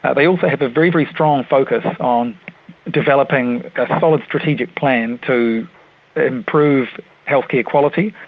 ah they also have a very, very strong focus on developing a solid, strategic plan to improve health care quality,